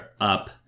up